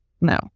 No